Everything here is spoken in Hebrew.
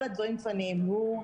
כל הדברים כבר נאמרו.